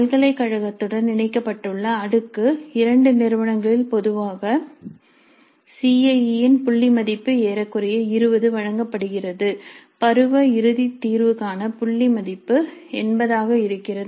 பல்கலைக்கழகத்துடன் இணைக்கப்பட்டுள்ள அடுக்கு இரண்டு நிறுவனங்களில் பொதுவாக சிஐஇ இன் புள்ளிமதிப்பு ஏறக்குறைய 20 வழங்கப்படுகிறது பருவ இறுதி தீர்வு காண புள்ளி மதிப்பு 80 ஆக இருக்கிறது